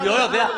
הוא לא יודע?